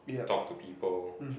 talk to people